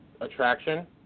attraction